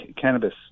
cannabis